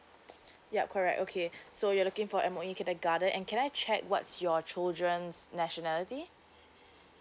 ya correct okay so you are looking for M_O_E kindergarten and can I check what's your children's nationality